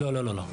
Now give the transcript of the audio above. לא.